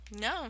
no